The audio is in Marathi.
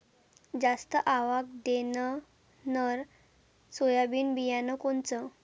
जास्त आवक देणनरं सोयाबीन बियानं कोनचं?